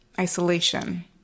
isolation